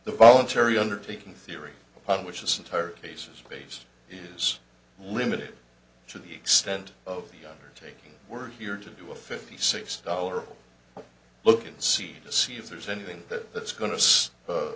the voluntary undertaking theory upon which this entire case is based is limited to the extent of the undertaking we're here to do a fifty six dollar look and see to see if there's anything that that's going to